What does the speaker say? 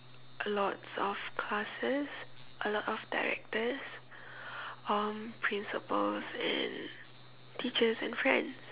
lots of classes a lot of directors um principals and teachers and friends